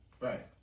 Right